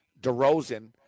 DeRozan